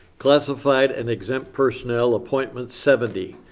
classified and exempt personnel, appointments, seventy.